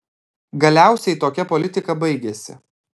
galiausiai tokia politika baigėsi